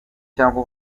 cyangwa